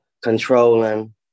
Controlling